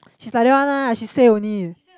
she's like that one lah she say only